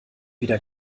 wieder